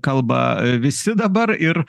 kalba visi dabar ir